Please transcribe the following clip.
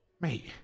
mate